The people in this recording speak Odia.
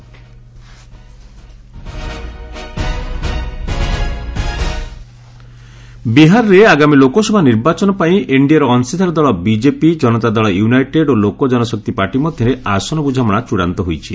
ଏନ୍ଡିଏ ସିଟ୍ ବିହାରରେ ଆଗାମୀ ଲୋକସଭା ନିର୍ବାଚନ ପାଇଁ ଏନ୍ଡିଏର ଅଂଶୀଦାର ଦଳ ବିଜେପି ଜନତାଦଳ ୟୁନାଇଟେଡ୍ ଓ ଲୋକ ଜନଶକ୍ତି ପାର୍ଟି ମଧ୍ୟରେ ଆସନ ବୁଝାମଣା ଚୂଡ଼ାନ୍ତ ହୋଇଛି